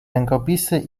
rękopisy